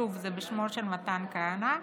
שוב, זה בשמו של מתן כהנא,